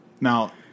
Now